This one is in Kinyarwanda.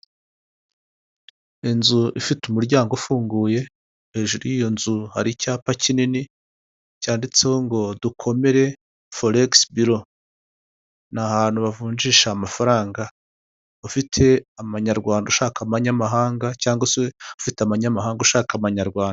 Inzu ifite umuryango ufunguye hejuru y'iyo nzu hari icyapa kinini cyanditseho ngo dukomere foregisi buro ni ahantu havunjisha amafaranga ufite amanyarwanda ushakamanyamahanga cyangwa se ufite amanyamahanga ushaka amanyarwanda.